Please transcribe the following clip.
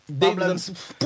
Problems